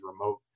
remote